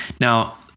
Now